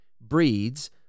breeds